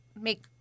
make